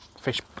fish